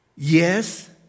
Yes